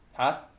!huh!